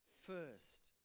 first